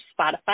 Spotify